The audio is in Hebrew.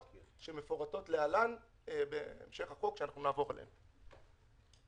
שמפורטות להלן בהמשך החוק שנעבור עליו.